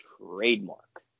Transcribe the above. trademark